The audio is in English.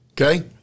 Okay